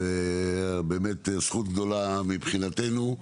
זכות גדולה מבחינתנו,